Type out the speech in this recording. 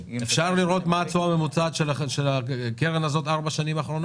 אפשר לראות מה התשואה הממוצעת של הקרן הזאת בארבע השנים האחרונות?